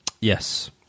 Yes